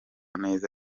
neza